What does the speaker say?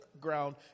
ground